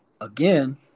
again